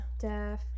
deaf